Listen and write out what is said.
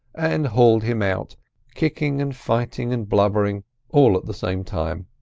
and hauled him out kicking and fighting and blubbering all at the same time.